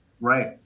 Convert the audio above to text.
Right